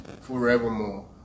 forevermore